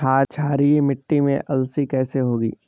क्षारीय मिट्टी में अलसी कैसे होगी?